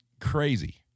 crazy